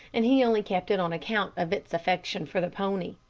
and he only kept it on account of its affection for the pony.